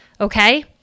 Okay